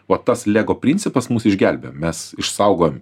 va tas lego principas mus išgelbėjo mes išsaugojom